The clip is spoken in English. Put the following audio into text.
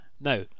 Now